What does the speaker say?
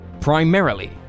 primarily